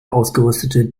ausgerüstete